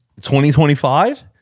2025